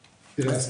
תראה,